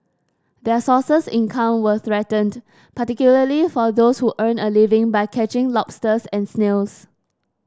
their sources income were threatened particularly for those who earn a living by catching lobsters and snails